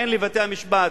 אין לבתי-המשפט,